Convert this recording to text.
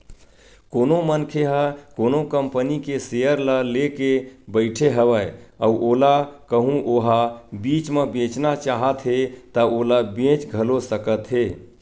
कोनो मनखे ह कोनो कंपनी के सेयर ल लेके बइठे हवय अउ ओला कहूँ ओहा बीच म बेचना चाहत हे ता ओला बेच घलो सकत हे